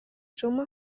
شما